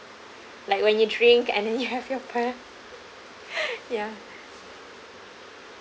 like when you drink and then you have your pearl yeah